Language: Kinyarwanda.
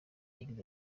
yagize